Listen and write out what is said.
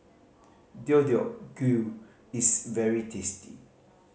Deodeok Gui is very tasty